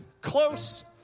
Close